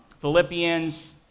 Philippians